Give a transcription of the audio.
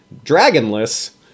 dragonless